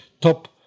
top